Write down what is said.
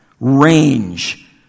range